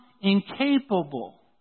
incapable